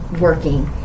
working